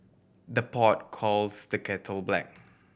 the pot calls the kettle black